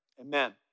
Amen